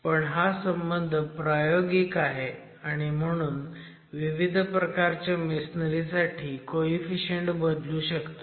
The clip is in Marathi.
पण हा संबंध प्रायोगिक आहे आणि म्हणून विविध प्रकारच्या मेसनरी साठी हे कोईफिशीयंट बदलू शकतात